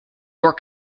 york